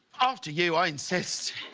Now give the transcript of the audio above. after you i insist.